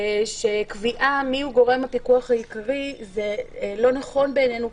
שקביעה מי הוא גורם הפיקוח העיקרי זה לא נכון בעינינו,